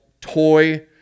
toy